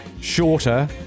shorter